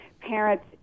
parents